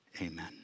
Amen